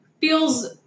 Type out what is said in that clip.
feels